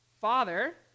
Father